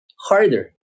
harder